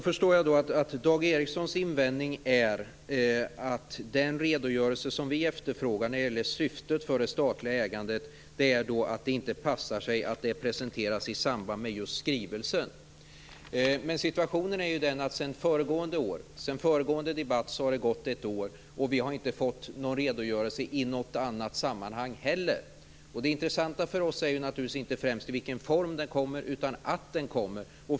Fru talman! Jag förstår då att Dag Ericsons invändning är att den redogörelse som vi efterfrågar när det gäller syftet med det statliga ägandet är att det inte passar sig att den presenteras i samband med just skrivelsen. Men situationen är ju den att det har gått ett år sedan föregående debatt och att vi inte har fått någon redogörelse i något annat sammanhang heller. Det intressanta för oss är naturligtvis inte främst i vilken form redogörelsen kommer utan att den kommer.